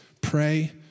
Pray